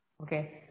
Okay